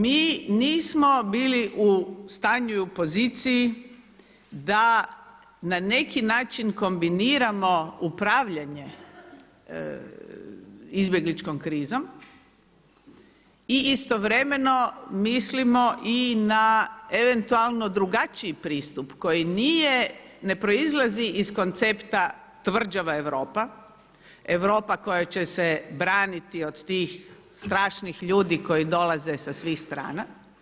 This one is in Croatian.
Mi nismo bili u stanju i u poziciji da na neki način kombiniramo upravljanje izbjegličkom krizom i istovremeno mislimo i na eventualno drugačiji pristup koji nije, ne proizlazi iz koncepta tvrđava Europa, Europa koja će se braniti od tih strašnih ljudi koji dolaze sa svih strana.